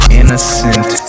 innocent